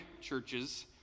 churches